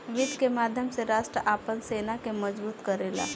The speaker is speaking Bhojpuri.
वित्त के माध्यम से राष्ट्र आपन सेना के मजबूत करेला